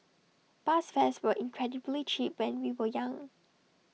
bus fares were incredibly cheap when we were young